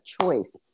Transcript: choice